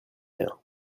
rien